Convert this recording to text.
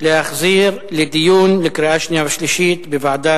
להחזיר את הצעות החוק לדיון לקראת קריאה שנייה ושלישית בוועדת